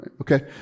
Okay